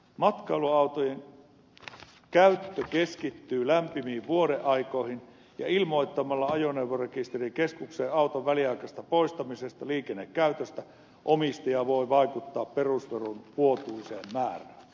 matkailuautojen käyttö keskittyy lämpimiin vuodenaikoihin ja ilmoittamalla ajoneuvorekisterikeskukseen auton väliaikaisesta poistamisesta liikennekäytöstä omistaja voi vaikuttaa perusveron vuotuiseen määrään